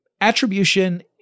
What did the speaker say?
Attribution